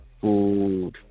food